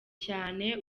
cyane